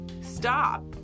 Stop